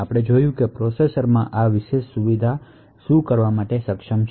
આપણે જોયું છે કે પ્રોસેસરમાં આ વિશેષ સુવિધા સાથે શું સક્ષમ છે